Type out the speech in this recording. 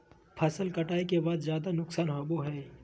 फसल कटाई के बाद ज्यादा नुकसान होबो हइ